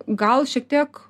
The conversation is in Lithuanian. gal šiek tiek